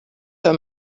her